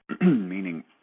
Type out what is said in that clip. meaning